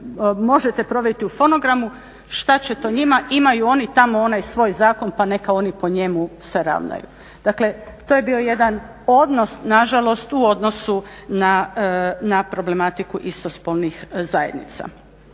možete provjeriti u fonogramu, šta će to njima, imaju oni tamo svoj zakon pa neka oni po njemu se ravnaju. Dakle, to je bio jedan odnos nažalost u odnosu na problematiku istospolnih zajednica.